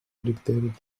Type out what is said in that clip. dictated